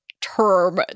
term